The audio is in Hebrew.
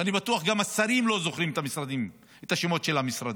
ואני בטוח שגם השרים לא זוכרים את השמות של המשרדים.